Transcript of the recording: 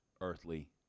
earthly